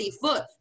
foot